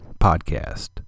Podcast